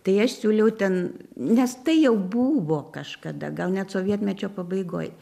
tai aš siūliau ten nes tai jau buvo kažkada gal net sovietmečio pabaigoj